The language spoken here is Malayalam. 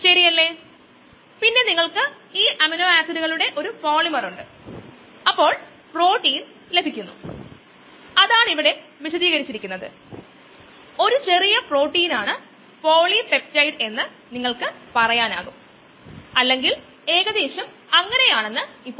കോഴ്സിന്റെ മെക്കാനിസം ഇൻഹിബിറ്റർ എൻസൈമുമായി ബന്ധിപ്പിക്കുന്നു അങ്ങനെയാണ് എൻസൈമിനുള്ള സബ്സ്ട്രേറ്റായി പ്രവർത്തിക്കുന്നത് അതുവഴി പ്രതിപ്രവർത്തനത്തെ തടസ്സപ്പെടുത്തുന്നു റേറ്റ് എക്സ്പ്രഷന്റെ കാര്യത്തിൽ വ്യതിയാനം km ഇൽ മാത്രമേയുള്ളൂ vm വ്യത്യാസവുമിലാതെ ഇരിക്കുന്നു